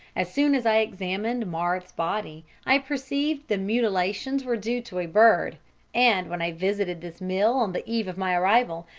as soon as i examined marthe's body, i perceived the mutilations were due to a bird and when i visited this mill on the eve of my arrival,